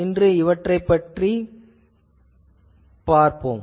இன்று இவற்றைப் பற்றிக் காணலாம்